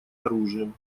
оружием